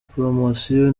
poromosiyo